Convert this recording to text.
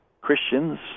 Christians